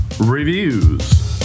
Reviews